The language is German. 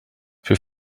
für